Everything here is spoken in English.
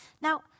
Now